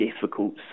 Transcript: difficult